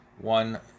One